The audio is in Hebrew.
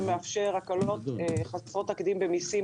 שמאפשר הקלות חסרות תקדים במיסים,